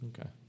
Okay